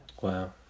Wow